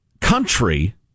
country